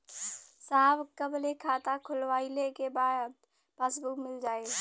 साहब कब ले खाता खोलवाइले के बाद पासबुक मिल जाई?